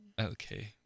Okay